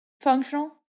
functional